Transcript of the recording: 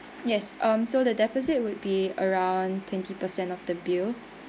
yes um so the deposit would be around twenty percent of the bill